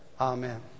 Amen